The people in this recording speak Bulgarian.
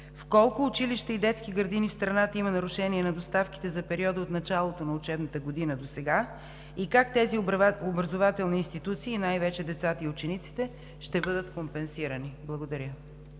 В колко училища и детски градини в страната има нарушение на доставките за периода от началото на учебната година досега? Как тези образователни институции и най-вече децата и учениците ще бъдат компенсирани? Благодаря.